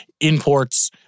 imports